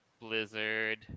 Blizzard